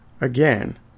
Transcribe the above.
Again